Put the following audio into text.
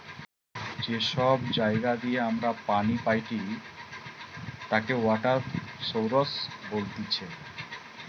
যে সব জায়গা দিয়ে আমরা পানি পাইটি তাকে ওয়াটার সৌরস বলতিছে